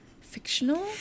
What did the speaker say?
fictional